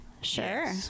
Sure